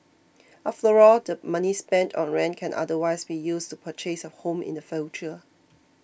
after all the money spent on rent can otherwise be used to purchase a home in the future